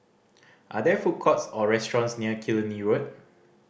are there food courts or restaurants near Killiney Road